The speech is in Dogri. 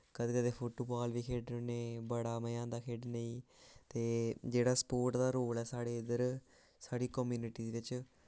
कदें कदें फुटबाल बी खेढने होन्ने बड़ा मजा औंदा खेढने गी ते जेह्ड़ा स्पोर्ट दा रोल ऐ साढ़े इद्धर साढ़ी कम्युनिटी बिच्च